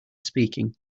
speaking